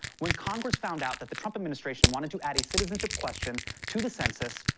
when congress found out that the trump administration wanted to add a citizenship question to the census,